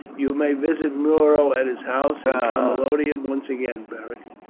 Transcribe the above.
you may visit muro at his house in camalodunum once again, beric.